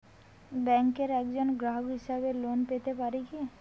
ব্যাংকের একজন গ্রাহক হিসাবে লোন পেতে পারি কি?